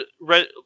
Red